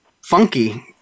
funky